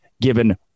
given